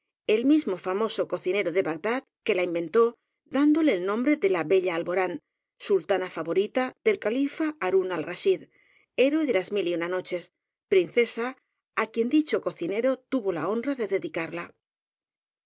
el mis mo famoso cocinero de bagdad que la inventó dándole el nombre de la bella alborán sultana fa vorita del califa harun alraschid héroe de las mil y una noches princesa á quien dicho cocinero tuvo la honra de dedicarla